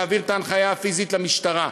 להעביר את ההנחיה הפיזית למשטרה.